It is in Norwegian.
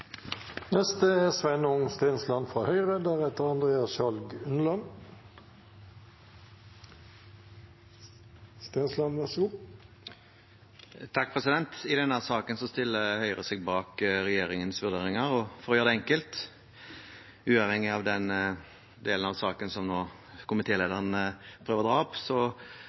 I denne saken stiller Høyre seg bak regjeringens vurderinger, for å gjøre det enkelt. Uavhengig av den delen av saken som komitélederen nå prøver å dra opp,